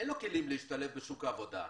אין לו כלים להשתלב בשוק העבודה,